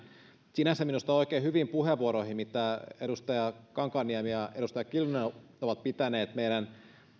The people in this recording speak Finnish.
sinänsä minusta oikein hyviin puheenvuoroihin mitä edustaja kankaanniemi ja edustaja kiljunen ovat pitäneet meidän